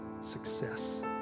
success